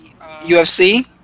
UFC